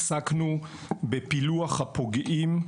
עסקנו בפילוח הפוגעים,